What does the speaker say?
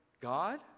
God